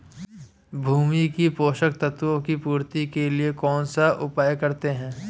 भूमि में पोषक तत्वों की पूर्ति के लिए कौनसा उपाय करते हैं?